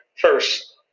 First